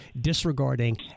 disregarding